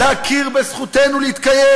להכיר בזכותנו להתקיים.